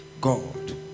God